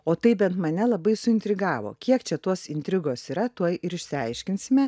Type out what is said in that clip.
o tai bent mane labai suintrigavo kiek čia tos intrigos yra tuoj ir išsiaiškinsime